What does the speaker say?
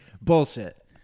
Bullshit